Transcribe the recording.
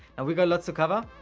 and we got lots to cover,